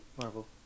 Marvel